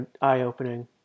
eye-opening